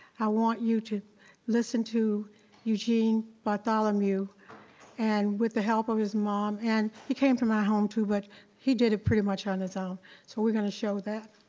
i want you to listen to eugene bartholomew and with the help of his mom and he came from home too but he did it pretty much on his own so we're gonna show that.